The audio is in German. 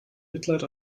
mitleid